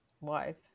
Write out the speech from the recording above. wife